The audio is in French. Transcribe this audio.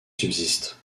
subsistent